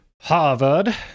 Harvard